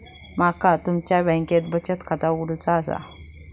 माका तुमच्या बँकेत बचत खाता उघडूचा असा?